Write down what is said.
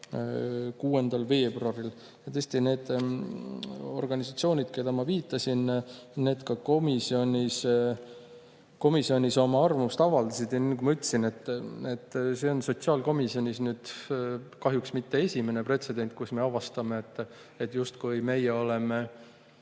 6. veebruaril. Tõesti, need organisatsioonid, kellele ma viitasin, ka komisjonis oma arvamust avaldasid. Nagu ma ütlesin, see ei ole sotsiaalkomisjonis kahjuks mitte esimene pretsedent, kus me avastame, justkui oleksime